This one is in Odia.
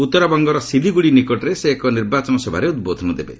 ଉତ୍ତରବଙ୍ଗର ସିଲିଗୁଡ଼ି ନିକଟରେ ସେ ଏକ ନିର୍ବାଚନ ସଭାରେ ଉଦ୍ବୋଧନ ଦେବେ